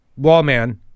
Wallman